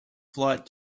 flight